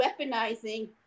weaponizing